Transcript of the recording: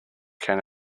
can